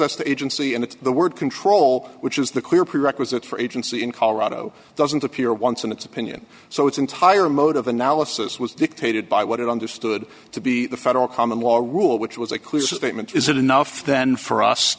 us the agency and it's the word control which is the clear prerequisite for agency in colorado doesn't appear once in its opinion so its entire mode of analysis was dictated by what it understood to be the federal common law rule which was a clear statement is it enough then for us